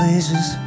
Places